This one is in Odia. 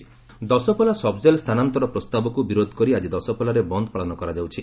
ବନ୍ଦ ଡାକରା ଦଶପଲ୍ଲା ସବ୍ଜେଲ୍ ସ୍ରାନାନ୍ତର ପ୍ରସ୍ତାବକୁ ବିରୋଧ କରି ଆଜି ଦଶପଲ୍ଲାରେ ବନ୍ଦ ପାଳନ କରାଯାଉଛି